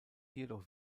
jedoch